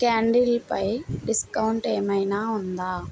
క్యాండీల్పై discount ఏమైనా ఉందా